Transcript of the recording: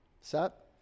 Set